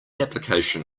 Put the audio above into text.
application